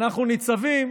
אנחנו ניצבים